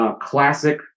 classic